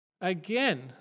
Again